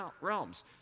realms